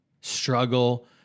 struggle